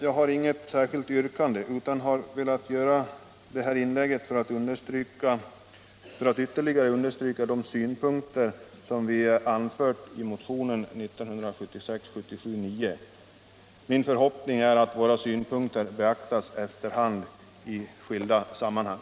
Jag har inget särskilt yrkande men har velat göra detta inlägg för att ytterligare understryka de synpunkter som vi framfört i motion 1976/77:9. Min förhoppning är att våra synpunkter efter hand beaktas i skilda sammanhang.